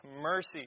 mercy